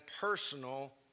personal